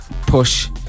push